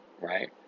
right